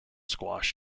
squash